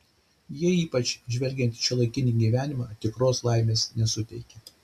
jie ypač žvelgiant į šiuolaikinį gyvenimą tikros laimės nesuteikia